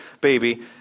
baby